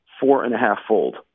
four-and-a-half-fold